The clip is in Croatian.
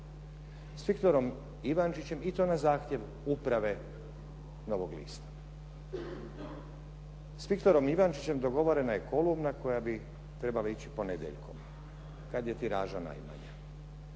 prošle godine i to na zahtjev Uprave "Novog lista". S Viktorom Ivančićem dogovorena je kolumna koja bi trebala ići ponedjeljkom kad je tiraža najmanja.